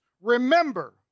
Remember